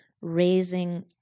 raising